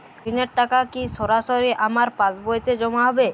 ঋণের টাকা কি সরাসরি আমার পাসবইতে জমা হবে?